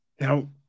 Now